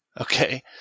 Okay